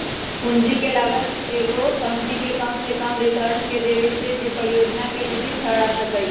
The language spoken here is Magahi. पूंजी के लागत एगो कंपनी के कम से कम रिटर्न के देखबै छै जे परिजोजना के उचित ठहरा सकइ